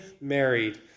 married